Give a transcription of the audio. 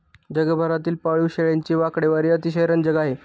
जगभरातील पाळीव शेळ्यांची आकडेवारी अतिशय रंजक आहे